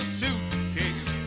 suitcase